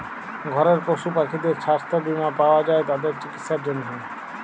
ঘরের পশু পাখিদের ছাস্থ বীমা পাওয়া যায় তাদের চিকিসার জনহে